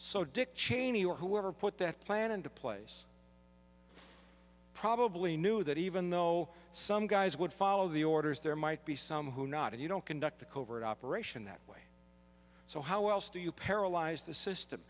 so dick cheney or whoever put that plan into place probably knew that even though some guys would follow the orders there might be some who not and you don't conduct a covert operation that way so how else do you paralyze the system